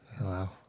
Wow